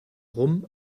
rum